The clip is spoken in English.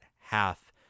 half